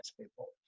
people